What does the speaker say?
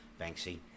Banksy